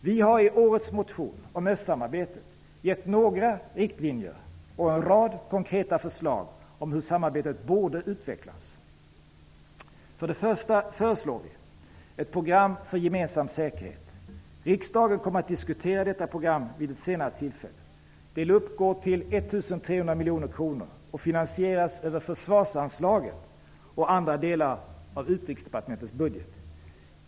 Vi har i årets motion om östsamarbetet gett några riktlinjer och en rad konkreta förslag om hur samarbetet borde utvecklas. Först och främst föreslår vi ett program för gemensam säkerhet. Riksdagen kommer att diskutera detta program vid ett senare tillfälle. Det uppgår till 1 300 miljoner kronor och finansieras över försvarsanslaget och andra delar av utrikesdepartementets budget.